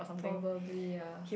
probably ya